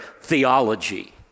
theology